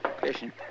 Fishing